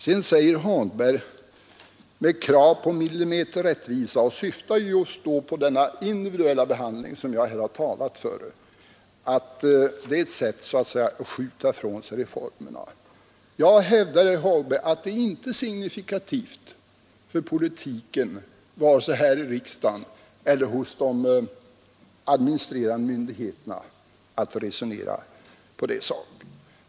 Herr Hagberg talar om millimeterrättvisa — han syftar då just på den individuella behandling som jag här har talat för — och säger att det är ett sätt att skjuta ifrån sig reformerna. Jag hävdar, herr Hagberg, att det är inte signifikativt för politiken vare sig här i riksdagen eller hos de administrerande myndigheterna att resonera på det sättet.